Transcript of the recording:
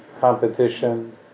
competition